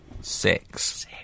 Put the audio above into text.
Six